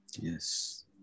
Yes